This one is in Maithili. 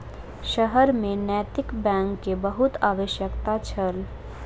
शहर में नैतिक बैंक के बहुत आवश्यकता छल